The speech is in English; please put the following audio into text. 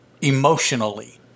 emotionally